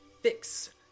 fix